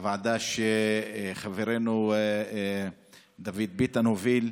בוועדה שחברנו דוד ביטן הוביל.